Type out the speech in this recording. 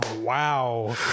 Wow